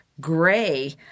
gray